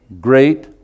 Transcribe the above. Great